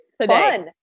Today